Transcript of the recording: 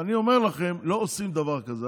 ואני אומר לכם: לא עושים דבר כזה.